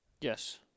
yes